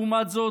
לעומת זאת,